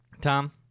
Tom